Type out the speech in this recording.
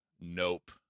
Nope